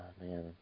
man